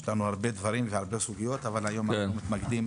יש לנו הרבה דברים והרבה סוגיות אבל היום אנחנו מתמקדים